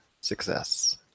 success